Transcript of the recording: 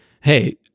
hey